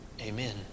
Amen